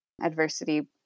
adversity